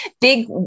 big